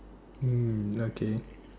ill okay